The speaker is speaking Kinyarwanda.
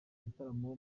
ibitaramo